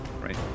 Right